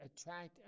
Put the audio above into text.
attract